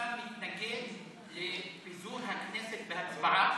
שאתה מתנגד לפיזור הכנסת בהצבעה